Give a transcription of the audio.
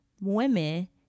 women